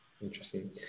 Interesting